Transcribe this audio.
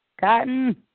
Cotton